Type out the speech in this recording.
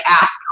ask